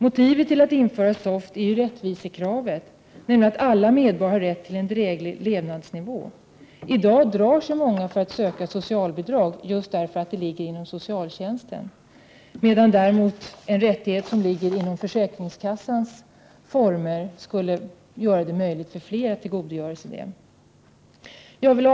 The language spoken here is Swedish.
Motivet till att införa SOFT är rättvisekravet. Alla medborgare har nämligen rätt till en dräglig levnadsnivå. I dag drar sig många för att ansöka om socialbidrag just därför att frågan inryms inom socialtjänsten. En rättighet som inryms inom försäkringskassans område skulle däremot underlätta för fler att utnyttja denna möjlighet.